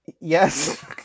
Yes